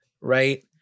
right